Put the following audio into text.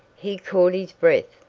he caught his breath,